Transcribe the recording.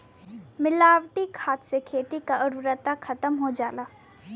मिलावटी खाद से खेती के उर्वरता खतम हो जाला